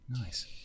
Nice